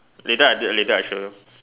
later I tell you later I show you